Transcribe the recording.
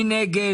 מי נגד?